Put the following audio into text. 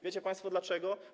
Wiecie państwo dlaczego?